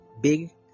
Big